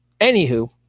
Anywho